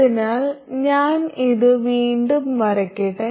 അതിനാൽ ഞാൻ ഇത് വീണ്ടും വരയ്ക്കട്ടെ